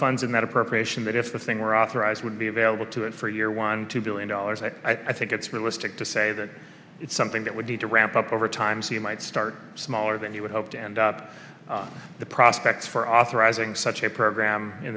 funds in that appropriation that if the thing were authorized would be available to it for year one two billion dollars i think it's realistic to say that it's something that would need to ramp up over time so you might start smaller than you would hope to end up the prospects for authorizing such a program in